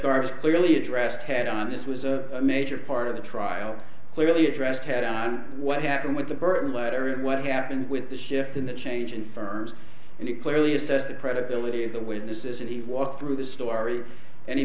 darkest clearly addressed head on this was a major part of the trial clearly addressed head on what happened with the burton letter and what happened with the shift in the change in firms and you clearly assess the credibility of the witnesses and he walked through the story and he